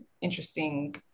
interesting